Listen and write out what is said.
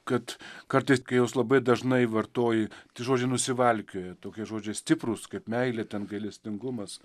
kad kartais kai juos labai dažnai vartoji tai žodžiai nusivalkioja tokie žodžiai stiprūs kaip meilė ten gailestingumas